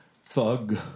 thug